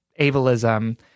ableism